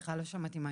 קרה פה אסון,